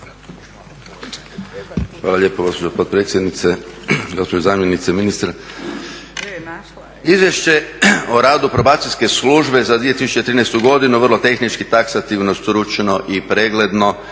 Hvala lijepo gospođo potpredsjednice. Gospođo zamjenice ministra. Izvješće o radu probacijske službe za 2013. godinu, vrlo tehnički, taksativno, stručno i pregledno,